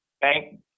thank